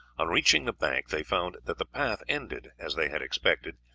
on reaching the bank they found that the path ended, as they had expected,